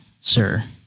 sir